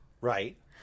Right